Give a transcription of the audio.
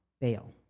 bail